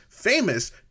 famous